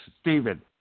Stephen